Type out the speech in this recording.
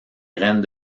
graines